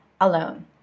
alone